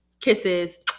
kisses